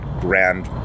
grand